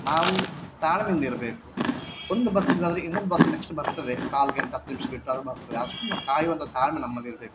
ನಾವು ತಾಳ್ಮೆಯಿಂದ ಇರಬೇಕು ಒಂದು ಬಸ್ ಇಲ್ಲಾಂದ್ರೆ ಇನ್ನೊಂದು ಬಸ್ ನೆಕ್ಸ್ಟ್ ಬರ್ತದೆ ಕಾಲು ಗಂಟೆ ಹತ್ತು ನಿಮಿಷ ಬಿಟ್ಟು ಅದು ಬರ್ತದೆ ಅಷ್ಟೂ ಕಾಯುವಂಥ ತಾಳ್ಮೆ ನಮ್ಮಲ್ಲಿರಬೇಕು